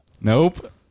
Nope